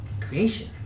Creation